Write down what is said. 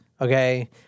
Okay